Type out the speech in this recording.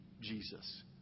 Jesus